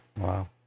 Wow